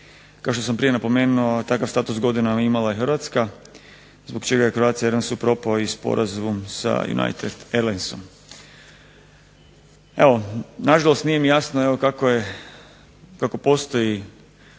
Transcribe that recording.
Kao što sam prije napomenuo, takav status godinama imala je Hrvatska zbog čega je Croatia Airlinesu propao i sporazum sa United Airlinesom. Nažalost, nije mi jasno kako postoji